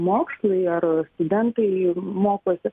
mokslai ar studentai mokosi